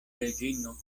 reĝino